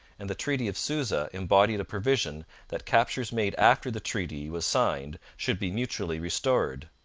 and the treaty of suza embodied a provision that captures made after the treaty was signed should be mutually restored.